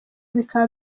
bikaba